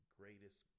greatest